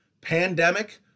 Pandemic